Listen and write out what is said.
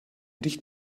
dicht